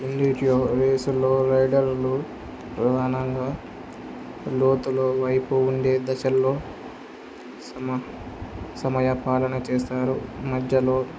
రెండిటిలో రేసులు రైడర్లు ప్రధానంగా లోతులు వైపు ఉండే దశల్లో సమ సమయ పాలన చేస్తారు మధ్యలో